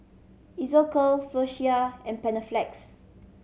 Isocal Floxia and Panaflex